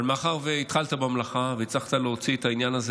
אבל מאחר שהתחלת במלאכה והצלחת להוציא את העניין הזה